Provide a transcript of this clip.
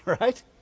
Right